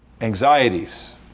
Anxieties